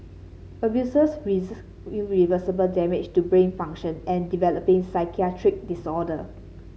abusers irreversible damage to brain function and developing psychiatric disorder